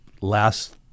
last